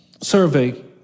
survey